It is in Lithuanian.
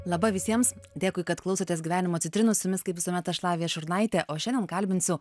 laba visiems dėkui kad klausotės gyvenimo citrinos jumis kaip visuomet aš šlavija šurnaitė o šiandien kalbinsiu